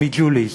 או מג'וליס,